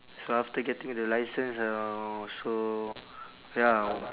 so after getting the licence uh so ya